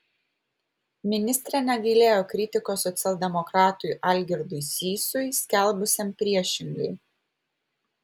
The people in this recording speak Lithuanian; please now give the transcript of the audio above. ministrė negailėjo kritikos socialdemokratui algirdui sysui skelbusiam priešingai